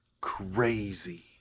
crazy